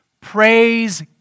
Praise